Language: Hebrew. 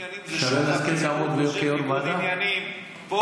ניגוד עניינים זה,